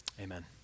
amen